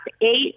eight